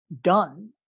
done